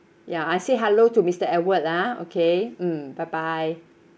ya I say hello to mister edward ah okay mm bye bye